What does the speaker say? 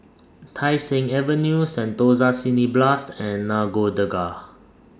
Tai Seng Avenue Sentosa Cineblast and Nagore Dargah